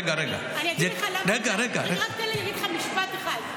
רק תן לי להגיד לך משפט אחד.